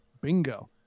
Bingo